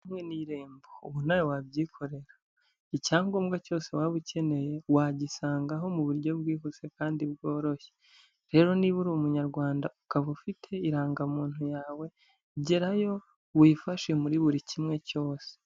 Hamwe n'Irembo, ubu nawe wabyikorera, icyangombwa cyose waba ukeneye wagisangaho mu buryo bwihuse kandi bworoshye, rero niba uri Umunyarwanda ukaba ufite irangamuntu yawe, gerayo wifashe muri buri kimwe cyose.